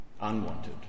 unwanted